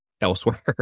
elsewhere